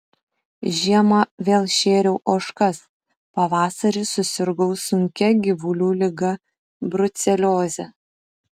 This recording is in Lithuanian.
žiemą vėl šėriau ožkas pavasarį susirgau sunkia gyvulių liga brucelioze